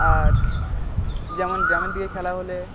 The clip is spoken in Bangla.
আর যেমন গ্রামের দিকে খেলা হলে